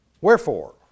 Wherefore